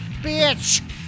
bitch